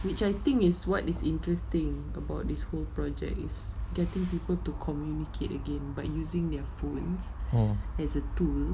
mm